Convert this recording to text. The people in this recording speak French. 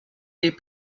des